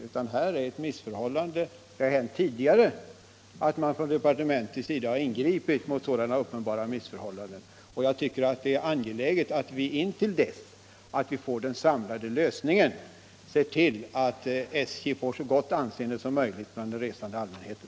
Det har hänt tidigare att man har ingripit från departementets sida mot sådana uppenbara missförhållanden som jag här har pekat på, och jag tycker det är angeläget att vi till dess att vi får den samlade lösningen ser till att SJ har så gott anseende som möjligt hos den resande allmänheten.